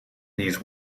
these